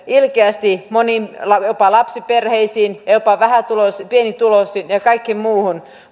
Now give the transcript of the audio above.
ilkeästi moniin jopa lapsiperheisiin ja jopa pienituloisiin ja kaikkeen muuhun